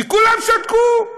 וכולם שתקו.